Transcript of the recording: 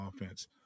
offense